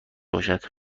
باشد